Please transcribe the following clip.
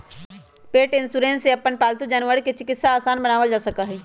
पेट insurance से अपन पालतू जानवर के चिकित्सा आसान बनावल जा सका हई